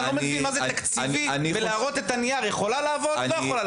אני לא מבין מה זה תקציבי ולהראות את הנייר אם הוא יכולה לעבוד או לא.